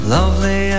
Lovely